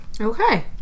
Okay